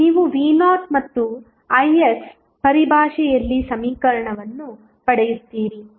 ನೀವು v0 ಮತ್ತು ix ಪರಿಭಾಷೆಯಲ್ಲಿ ಸಮೀಕರಣವನ್ನು ಪಡೆಯುತ್ತೀರಿ